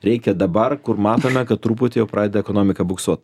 reikia dabar kur matome kad truputį jau pradeda ekonomika buksuot